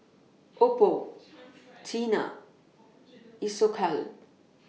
Oppo Tena Isocal